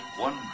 one